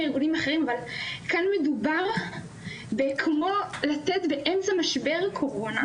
כאן מדובר כמו לתת באמצע משבר קורונה,